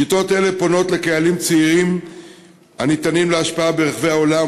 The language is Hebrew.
שיטות אלה פונות לקהלים צעירים הניתנים להשפעה ברחבי העולם,